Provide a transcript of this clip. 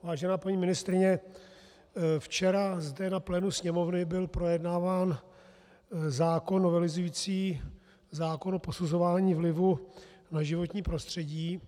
Vážená paní ministryně, včera zde na plénu Sněmovny byl projednáván zákon novelizující zákon o posuzování vlivu na životní prostředí.